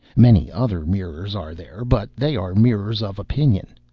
many other mirrors are there, but they are mirrors of opinion.